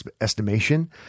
estimation